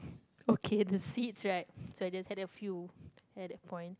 okay the seeds right so I just had a few at that point